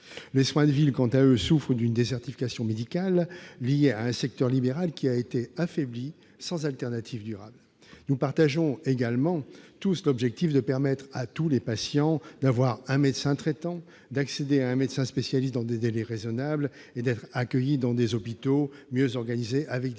les soins de ville, quant à eux, souffrent d'une désertification médicale, le secteur libéral ayant été affaibli sans alternative durable. Nous partageons également tous l'objectif que les patients puissent tous avoir un médecin traitant, accéder à un médecin spécialiste dans des délais raisonnables et être accueillis dans des hôpitaux mieux organisés avec des personnels